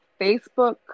Facebook